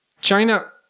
China